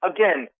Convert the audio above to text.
Again